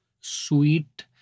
sweet